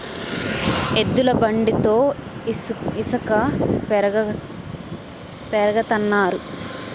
ఎద్దుల బండితో ఇసక పెరగతన్నారు